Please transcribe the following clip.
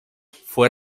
fue